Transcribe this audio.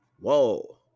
Whoa